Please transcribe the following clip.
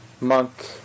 monk